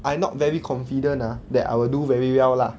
I not very confident ah that I will do very well lah